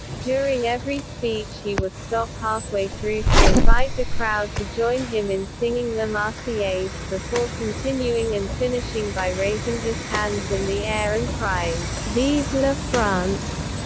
during every speech he would stop halfway through to invite the crowd to join him in singing la marseillaise, before continuing and finishing by raising his hands in the air and crying vive la france!